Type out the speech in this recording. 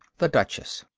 the duchess